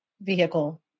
vehicle